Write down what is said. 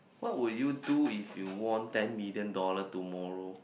what would you do if you won ten million dollar tomorrow